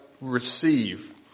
receive